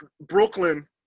Brooklyn